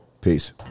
Peace